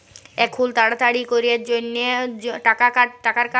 এখুল তাড়াতাড়ি ক্যরের জনহ টাকার কাজ